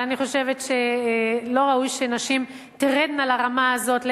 אבל אני חושבת שלא ראוי שנשים תרדנה לרמה הזאת.